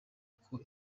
uko